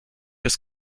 des